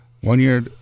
one-year